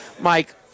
Mike